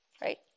right